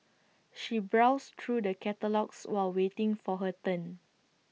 she browsed through the catalogues while waiting for her turn